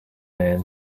man